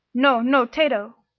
no, no, tato!